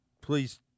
please